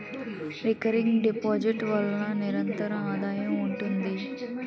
recurring deposit ల వలన నిరంతర ఆదాయం ఉంటుంది